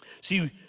See